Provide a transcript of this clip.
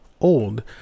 old